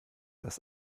das